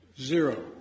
Zero